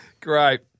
Great